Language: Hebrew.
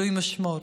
אלוהים ישמור.